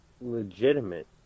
legitimate